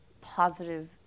positive